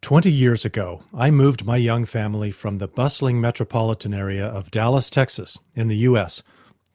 twenty years ago i moved my young family from the bustling metropolitan area of dallas, texas, in the us